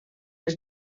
els